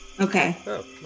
Okay